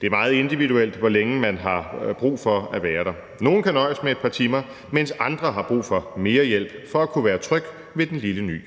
Det er meget individuelt, hvor længe man har brug for at være der. Nogle kan nøjes med et par timer, mens andre har brug for mere hjælp for at kunne være trygge ved den lille ny.